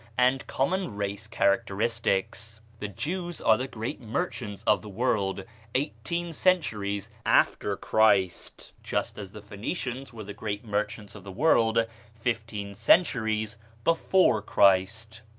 and common race characteristics. the jews are the great merchants of the world eighteen centuries after christ, just as the phoenicians were the great merchants of the world fifteen centuries before christ.